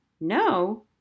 no